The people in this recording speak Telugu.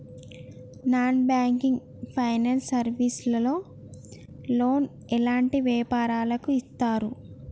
నాన్ బ్యాంకింగ్ ఫైనాన్స్ సర్వీస్ లో లోన్ ఎలాంటి వ్యాపారులకు ఇస్తరు?